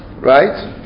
right